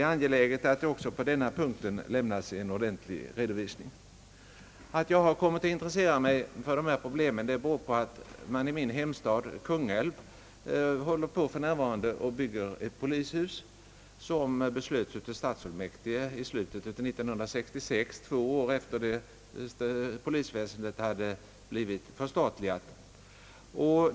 Det är angeläget att en ordentlig redovisning lämnas också på denna punkt. Att jag kommit att intressera mig för dessa problem beror på att man i min hemstad Kungälv just nu bygger ett polishus. Det bygget beslöts av stadsfullmäktige i slutet av år 1966, två år efter det att polisväsendet blivit för statligat.